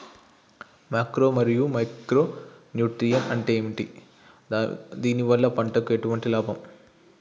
Macro మరియు micro nutrients అంటే ఏమిటి? దీనివల్ల పంటకు ఎటువంటి లాభం?